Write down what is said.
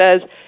says